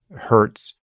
hertz